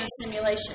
simulation